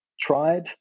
tried